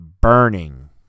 burning